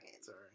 sorry